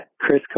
Chris